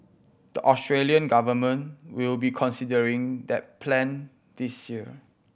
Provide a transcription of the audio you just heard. the Australian government will be considering that plan this year